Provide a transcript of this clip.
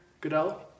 Goodell